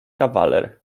kawaler